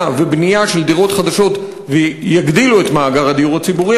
ובנייה של דירות חדשות ויגדילו את מאגר הדיור הציבורי,